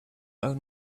own